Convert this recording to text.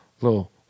little